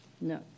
No